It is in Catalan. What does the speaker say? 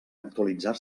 actualitzar